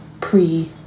pre